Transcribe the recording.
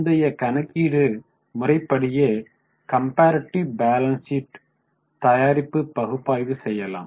முந்தைய கணக்கீடு முறைப்படியே கம்பாரிட்டிவ் பாலன்ஸ் சீட் தயாரித்து பகுப்பாய்வு செய்யலாம்